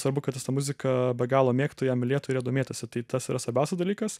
svarbu kad jis tą muziką be galo mėgtų ją mylėtų ir ja domėtųsi tai tas yra svarbiausias dalykas